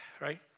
Right